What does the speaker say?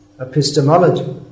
epistemology